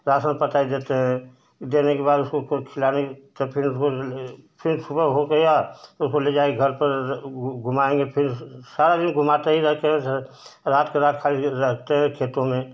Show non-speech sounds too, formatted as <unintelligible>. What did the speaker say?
साथ में <unintelligible> देते हैं देने के बाद उसको कुछ खिलाने तब फिर सुबह हो गई तो उसको ले जाकर घर पर घुमाएँगे फिर सारा दिन घुमाते ही रहते हैं रात के रात खाली ये रहते हैं खेतों में